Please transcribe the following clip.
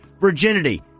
Virginity